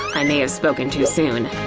i may have spoken too soon.